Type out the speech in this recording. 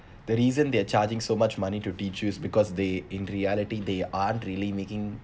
the reason they're charging so much money to teach you because they in reality they aren't really making